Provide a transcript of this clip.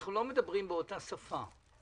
שאנחנו לא מדברים באותה שפה.